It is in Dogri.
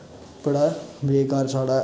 बड़ा बेकार साढ़ा